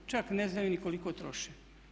Čak ne znaju ni koliko troše.